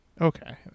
Okay